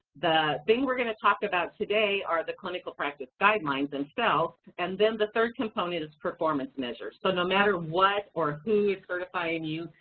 the thing we're gonna talk about today are the clinical practice guidelines themselves, and then the third component is performance measures. so no matter what or who's certifying you,